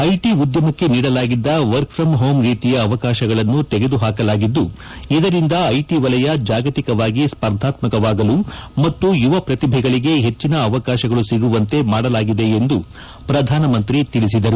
IT ಉದ್ಲಮಕ್ಕೆ ನೀಡಲಾಗಿದ್ದ work from home ರೀತಿಯ ಅವಕಾಶಗಳನ್ನು ತೆಗೆದುಹಾಕಲಾಗಿದ್ದು ಇದರಿಂದ ಐಟಿ ವಲಯ ಜಾಗತಿಕವಾಗಿ ಸ್ಪರ್ಧಾತ್ಸಕವಾಗಲು ಮತ್ತು ಯುವ ಪ್ರತಿಭೆಗಳಿಗೆ ಹೆಚ್ಚಿನ ಅವಕಾಶಗಳು ಸಿಗುವಂತೆ ಮಾಡಲಾಗಿದೆ ಎಂದು ಪ್ರಧಾನಮಂತ್ರಿ ತಿಳಿಸಿದರು